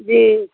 जी